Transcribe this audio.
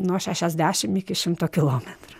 nuo šešiasdešim iki šimto kilometrų